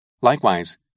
Likewise